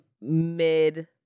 mid